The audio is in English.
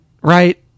right